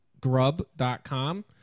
Grub.com